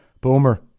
Boomer